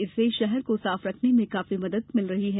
इससे शहर को साफ रखने में काफी मदद मिल रही है